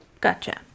Gotcha